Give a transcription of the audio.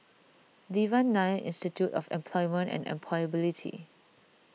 Devan Nair Institute of Employment and Employability